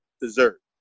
dessert